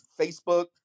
Facebook